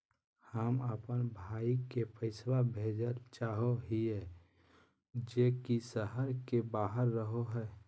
हम अप्पन भाई के पैसवा भेजल चाहो हिअइ जे ई शहर के बाहर रहो है